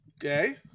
Okay